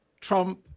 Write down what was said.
Trump